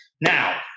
Now